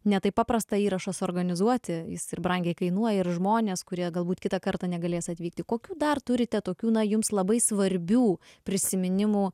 ne taip paprasta įrašą suorganizuoti jis ir brangiai kainuoja ir žmonės kurie galbūt kitą kartą negalės atvykti kokių dar turite tokių na jums labai svarbių prisiminimų